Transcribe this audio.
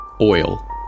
Oil